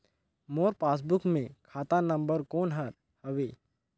मोर passbook मे खाता number कोन हर हवे?